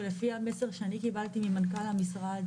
ולפי המסדר שאני קיבלתי ממנכ"ל המשרד,